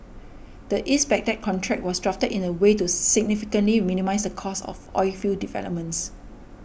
the East Baghdad contract was drafted in a way to significantly minimise the cost of oilfield developments